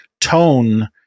tone